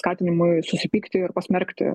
skatinimui susipykti ir pasmerkti